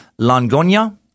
Langonia